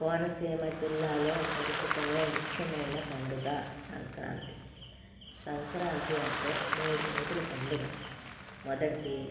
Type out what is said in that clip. కోనసీమ జిల్లాలో జరుపుకునే ముఖ్యమైన పండుగ సంక్రాంతి సంక్రాంతి అంటే మూడు రోజుల పండుగ మొదటిది